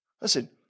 Listen